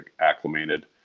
acclimated